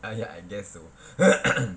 ah ya I guess so